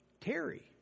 Terry